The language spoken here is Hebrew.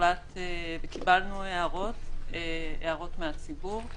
וקיבלנו הערות מהציבור,